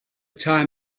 time